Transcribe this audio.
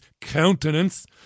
countenance